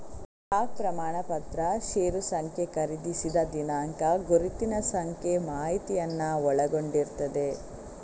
stock ಪ್ರಮಾಣಪತ್ರ ಷೇರು ಸಂಖ್ಯೆ, ಖರೀದಿಸಿದ ದಿನಾಂಕ, ಗುರುತಿನ ಸಂಖ್ಯೆ ಮಾಹಿತಿಯನ್ನ ಒಳಗೊಂಡಿರ್ತದೆ